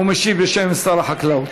הוא משיב בשם שר החקלאות.